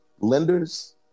lenders